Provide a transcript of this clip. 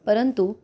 परंतु